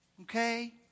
Okay